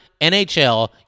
NHL